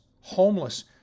homeless